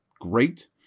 great